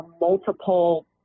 multiple